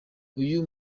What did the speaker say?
uyu